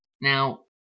Now